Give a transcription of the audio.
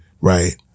Right